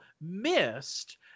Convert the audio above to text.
missed